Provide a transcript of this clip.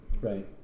Right